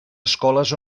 escoles